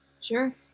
Sure